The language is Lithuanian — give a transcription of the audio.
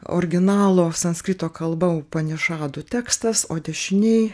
originalo sanskrito kalba upanišadų tekstas o dešinėj